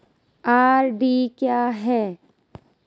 RD क्या है?